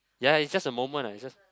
ya it's just a moment ah it's just